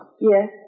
Yes